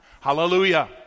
Hallelujah